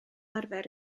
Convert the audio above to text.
arfer